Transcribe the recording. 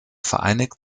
vereinigt